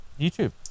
YouTube